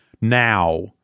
now